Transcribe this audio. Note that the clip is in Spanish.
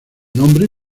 nombre